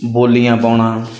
ਬੋਲੀਆਂ ਪਾਉਣਾ